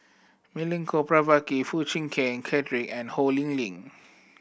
Milenko Prvacki Foo Chee Keng Cedric and Ho Lee Ling